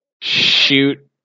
shoot